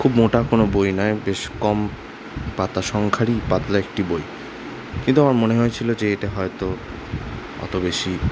খুব মোটা কোনো বই নয় বেশ কম পাতা সংখ্যারই পাতলা একটি বই কিন্তু আমার মনে হয়েছিলো যে এটা হয়তো অত বেশি